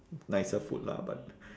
nicer food lah but